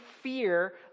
fear